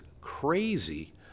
crazy